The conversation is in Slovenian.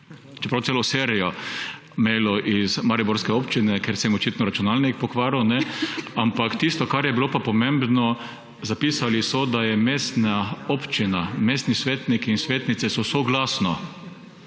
čeprav celo serijo mailov iz mariborske občine, kjer sem jim je očitno računalnik pokvaril, ampak tisto, kar je bilo pa pomembno, zapisali so, da je mestna občina, mestni svetniki in svetnice so soglasno,